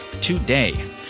today